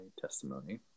testimony